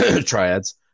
Triads